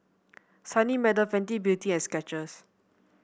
Sunny Meadow Fenty Beauty and Skechers